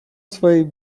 swej